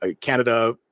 Canada